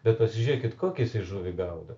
bet pasižiūrėkit kokią jisai žuvį gaudo